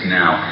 now